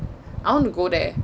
I want to go there